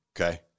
Okay